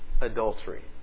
adultery